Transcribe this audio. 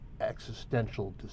existential